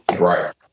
Right